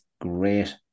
great